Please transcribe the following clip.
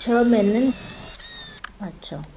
छह महीननि अच्छा